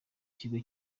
kigo